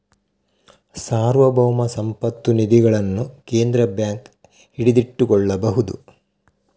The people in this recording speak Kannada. ಸಾರ್ವಭೌಮ ಸಂಪತ್ತು ನಿಧಿಗಳನ್ನು ಕೇಂದ್ರ ಬ್ಯಾಂಕ್ ಹಿಡಿದಿಟ್ಟುಕೊಳ್ಳಬಹುದು